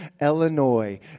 Illinois